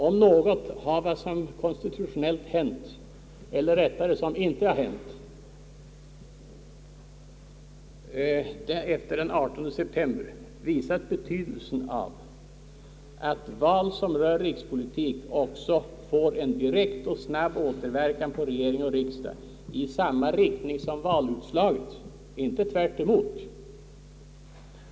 Om något har vad som konstitutionellt hänt — eller rättare: inte hänt — efter den 18 september visat betydelsen av att val som rör rikspolitik också får en direkt och snabb återverkan på regering och riksdag — i samma riktning som valutslaget, inte tvärtemot.